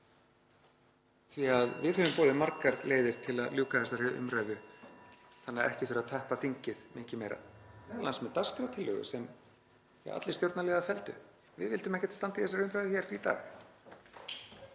því að við höfum boðið margar leiðir til að ljúka þessari umræðu þannig að ekki þurfi að teppa þingið mikið meira, m.a. með dagskrártillögu sem allir stjórnarliðar felldu. Við vildum ekkert standa í þessari umræðu hér í dag.